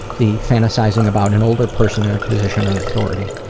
the fantasising about an older person in a position of authority.